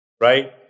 Right